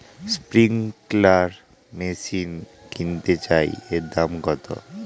Sprinkler machine কিনতে চাই এর দাম কত?